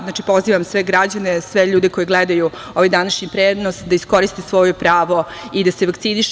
Znači, pozivam sve građane, sve ljude koji gledaju ovaj današnji prenos da iskoriste svoje pravo i da se vakcinišu.